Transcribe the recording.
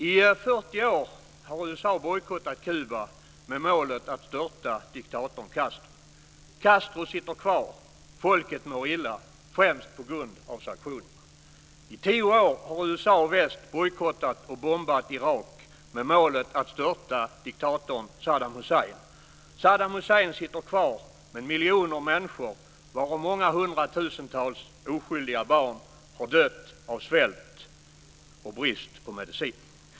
I fyrtio år har USA bojkottat Kuba med målet att störta diktatorn Castro. Castro sitter kvar. Folket mår illa, främst på grund av sanktionerna. I tio år har USA och väst bojkottat och bombat Saddam Hussein sitter kvar, men miljoner människor, varav många hundratusentals oskyldiga barn, har dött av svält och brist på medicin.